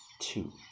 two